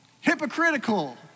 hypocritical